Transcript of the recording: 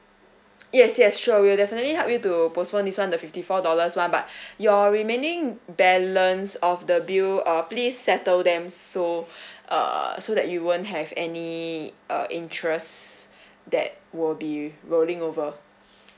yes yes sure we'll definitely help you to postpone this one the fifty four dollars one but your remaining balance of the bill uh please settle them so err so that you won't have any uh interests that will be rolling over